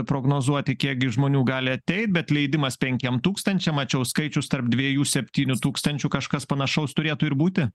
prognozuoti kiek gi žmonių gali ateit bet leidimas penkiem tūkstančiam mačiau skaičius tarp dviejų septynių tūkstančių kažkas panašaus turėtų ir būti